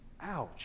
Ouch